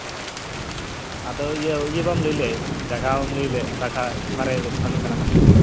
ᱚ ᱟᱫᱚ ᱤᱭᱟᱹ ᱤᱭᱟᱹ ᱵᱟᱢ ᱞᱟᱹᱭᱞᱮᱫ ᱡᱟᱜᱟ ᱵᱟᱢ ᱞᱟᱹᱭᱞᱮᱫ ᱚᱠᱟᱴᱟᱜ ᱚᱠᱟᱨᱮ ᱚᱠᱟᱨᱮᱱ ᱠᱟᱱᱢ ᱟᱢ ᱫᱚ